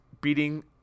beating